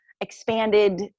expanded